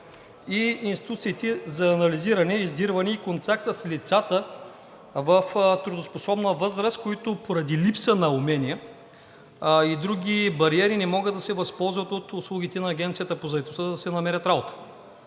и институциите за анализиране, издирване и контакт с лицата в трудоспособна възраст, които поради липса на умения и други бариери, не могат да се възползват от услугите на Агенцията по заетостта, за да си намерят работа.